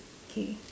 K